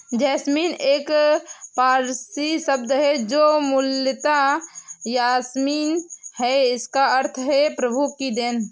jasmine एक पारसी शब्द है जो मूलतः यासमीन है जिसका अर्थ है प्रभु की देन